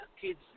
kids